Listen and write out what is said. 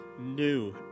new